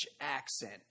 accent